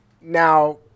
Now